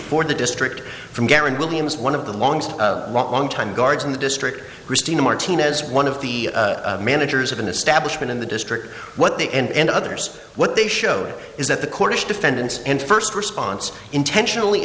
for the district from karen williams one of the longest longtime guards in the district christina martinez one of the managers of an establishment in the district what they and others what they showed is that the courts defendants in first response intentionally